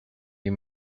you